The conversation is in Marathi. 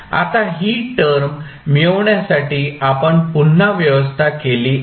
आता ही टर्म मिळवण्यासाठी आपण पुन्हा व्यवस्था केली आहे